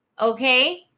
Okay